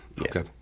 Okay